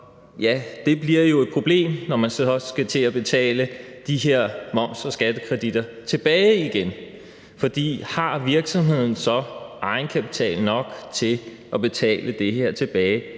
det bliver jo et problem, når man så skal til at betale de her moms- og skattekreditter tilbage igen. For har virksomheden egenkapital nok til at betale det her tilbage?